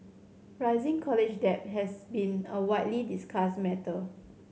rising college debt has been a widely discussed matter